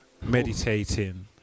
meditating